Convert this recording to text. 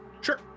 Sure